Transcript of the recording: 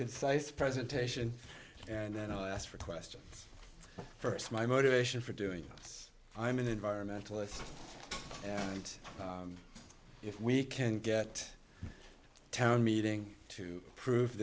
concise presentation and then i'll ask for questions first my motivation for doing us i'm an environmentalist and if we can get town meeting to approve